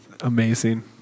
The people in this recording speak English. amazing